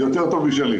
יותר טוב משלי.